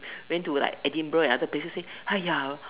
went to like Edinburgh and other places say !aiya!